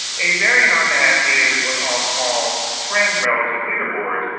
a variant on that is what i'll call friend relative leaderboards,